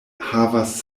havas